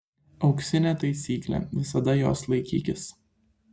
auksinė taisyklė visada jos laikykis